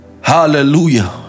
Hallelujah